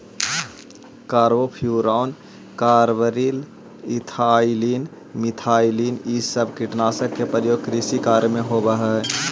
carbofuran, carbaryl, ethylene, methylene इ सब कीटनाशक के प्रयोग कृषि कार्य में होवऽ हई